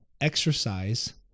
Exercise